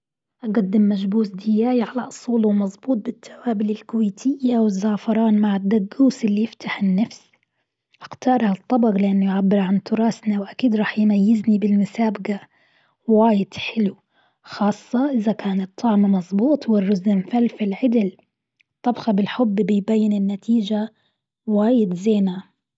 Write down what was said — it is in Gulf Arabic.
أقدم مشبوس دياي على أصوله مظبوط بالتوابل الكويتية والزعفران مع الدقوس اللي يفتح النفس. أختار هالطبق لأنه يعبر عن تراثنا وأكيد راح يميزني بالمسابقة. وايد حلو، خاصة إذا كان الطعم مظبوط والرز مفلفل عدل. طبخة بالحب تبين النتيجة وايد زينة.